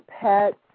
pets